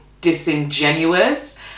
disingenuous